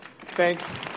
Thanks